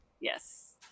Yes